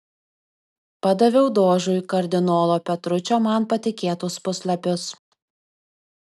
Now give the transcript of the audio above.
padaviau dožui kardinolo petručio man patikėtus puslapius